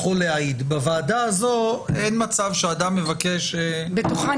בוועדה הזאת אין מצב שאדם מבקש ולא מקבל.